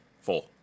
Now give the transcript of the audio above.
Four